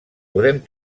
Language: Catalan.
podem